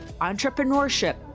entrepreneurship